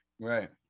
Right